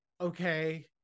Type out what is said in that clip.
okay